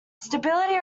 stability